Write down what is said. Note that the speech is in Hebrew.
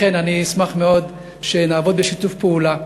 לכן, אני אשמח מאוד שנעבוד בשיתוף פעולה.